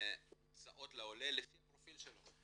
מוצעות לעולה לפי הפרופיל שלו.